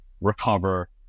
recover